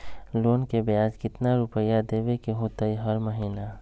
Loan के ब्याज कितना रुपैया देबे के होतइ हर महिना?